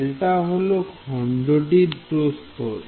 Δ হল খণ্ডটির প্রস্থ